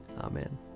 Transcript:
Amen